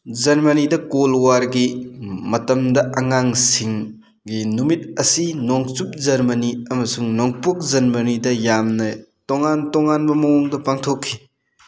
ꯖꯔꯃꯅꯤꯗ cold ꯋꯥꯔꯒꯤ ꯃꯇꯝꯗ ꯑꯉꯥꯡꯁꯤꯡꯒꯤ ꯅꯨꯃꯤꯠ ꯑꯁꯤ ꯅꯣꯡꯆꯨꯞ ꯖꯔꯃꯅꯤ ꯑꯃꯁꯨꯡ ꯅꯣꯡꯄꯣꯛ ꯖꯔꯃꯅꯤꯗ ꯌꯥꯝꯅ ꯇꯣꯉꯥꯟ ꯇꯣꯉꯥꯟꯕ ꯃꯑꯣꯡꯗ ꯄꯥꯡꯊꯣꯛꯈꯤ